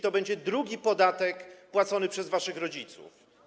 To będzie drugi podatek płacony przez waszych rodziców.